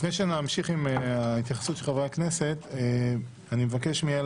לפני שנמשיך עם ההתייחסות של חברי הכנסת אני מבקש מיעל